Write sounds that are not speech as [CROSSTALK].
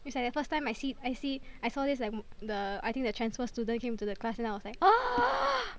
it's like the first time I see I see I saw this like the I think transfer student came to the class and I was like [NOISE]